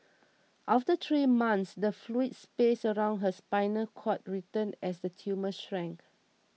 after three months the fluid space around her spinal cord returned as the tumour shrank